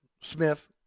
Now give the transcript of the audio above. Smith